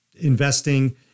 investing